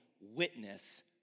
witness